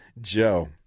Joe